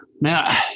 man